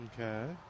okay